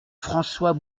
françois